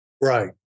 Right